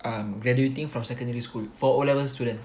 um graduating from secondary school for O levels student